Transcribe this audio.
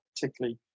particularly